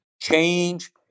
Change